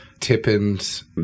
Tippin's